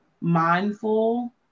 Mindful